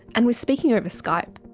and we're speaking over skype.